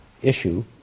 issue